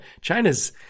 China's